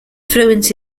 fluent